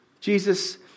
Jesus